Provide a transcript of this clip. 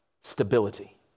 stability